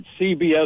CBS